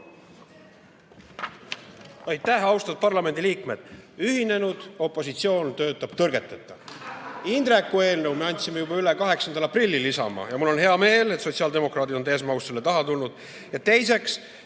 Aitäh! Austatud parlamendiliikmed! Ühinenud opositsioon töötab tõrgeteta. Indreku eelnõu me andsime juba üle 8. aprillil – [mõtlen] Isamaad – ja mul on hea meel, et sotsiaaldemokraadid on täies mahus selle taha tulnud.